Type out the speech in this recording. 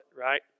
right